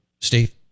Steve